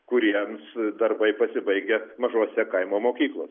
kuriems darbai pasibaigę mažosiose kaimo mokyklose